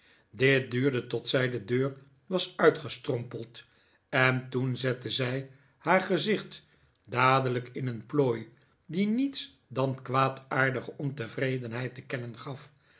dit duurde tot zij de deur was uitgestrompeld en toen zette zij haar gezicht dadelijk in een plooi die niets dan kwaadaardige ontevredenheid te kennen gaf